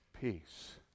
Peace